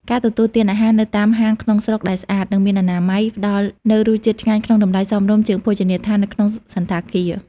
ការទទួលទានអាហារនៅតាមហាងក្នុងស្រុកដែលស្អាត និងមានអនាម័យ ផ្តល់នូវរសជាតិឆ្ងាញ់ក្នុងតម្លៃសមរម្យជាងភោជនីយដ្ឋាននៅក្នុងសណ្ឋាគារ។